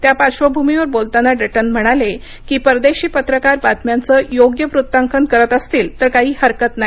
त्या पाश्र्वभूमीवर बोलताना डटन म्हणाले की परदेशी पत्रकार बातम्यांचं योग्य वृत्तांकन करत असतील तर काही हरकत नाही